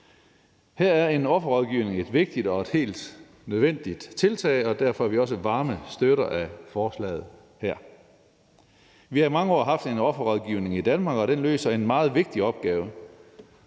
Her er en offerrådgivning et vigtigt og et helt nødvendigt tiltag, og derfor er vi også varme støtter af forslaget her. Vi har i mange år haft en offerrådgivning i Danmark, og den løser en meget vigtig opgave.